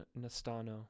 Nastano